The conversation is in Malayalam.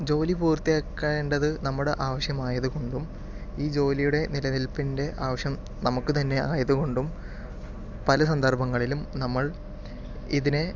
ജോലി പൂർത്തിയാക്കേണ്ടത് നമ്മുടെ ആവശ്യമായതുകൊണ്ടും ഈ ജോലിയുടെ നിലനിൽപ്പിൻ്റെ ആവശ്യം നമുക്ക് തന്നെ ആയതുകൊണ്ടും പല സന്ദർഭങ്ങളിലും നമ്മൾ ഇതിനെ